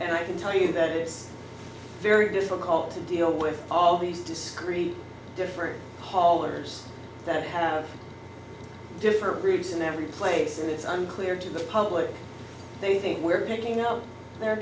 and i can tell you that it's very difficult to deal with all these discrete different haulers that have different groups in every place and it's unclear to the public they think we're taking out their